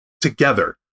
together